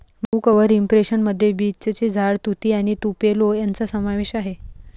मऊ cover impression मध्ये बीचचे झाड, तुती आणि तुपेलो यांचा समावेश आहे